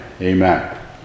amen